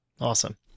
Awesome